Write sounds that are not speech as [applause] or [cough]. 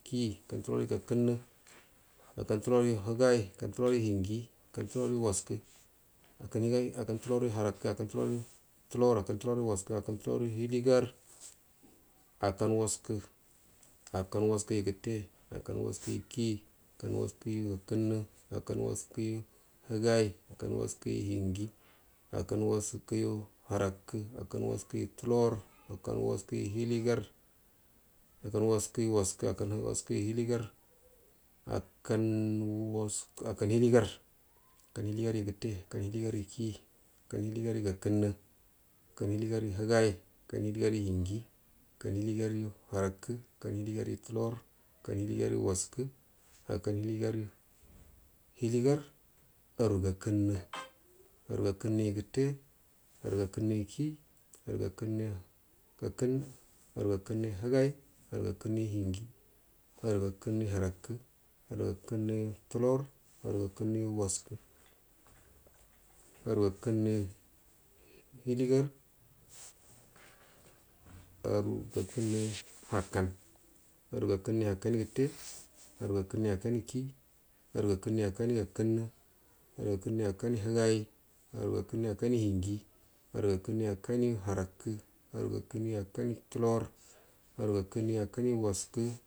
Kii akkan tulorgu gakənnə akan tuloryuhigai akkan tuloryu hirji akkan tuloryu harakə akan tuloryu tulor akkan tulor yu waskə akkan tuloryu hilgan akkan waskə akkan waskəyu gətte akkan waskəyu kii akkan waskəyu gakənnu akkan waskə higai akkan waskəyu hinji akkan waskəyu harakə akkan waskəyu hiyi akkan waskəyu harakə akkan waskəyu tulor akkan waskəyu waskə akkan waskəyu hiligar akkau hiligar akkan hiligaryu gətte akkau hiligaryu kii akkan hiligaryu gakənnə akkan hiligaryu higai akkan hiligary hinji akkau hiliganyu harakə akkan hiligaryu tulor akkanhiligaryu waskə akkan hiligayu hiligar aru gakənnə aru [noise] gakənnəyu hiligar aru gakənnə aru gakənnəyu gate arugakənnuyu ku aru gakənnəyu ga kənna aru gakəunəyu harakə aru gakənnəyu hiligar aru gukənnəyu akkan ara gakənnəyu akkanyu gətte ani gakənnəyu akkaugu kii aru gakənagu akkanyu gakənnə aru gakanuəyu akkangu higai arugakənnəyu akkanyu hinji ara gakənnəyu akkanyu harakə arugakənnə əyu akkanyu tulor oru gakəwiəya akkanyu waskə.